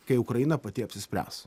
kai ukraina pati apsispręs